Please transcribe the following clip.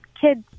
kids